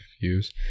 use